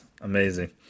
amazing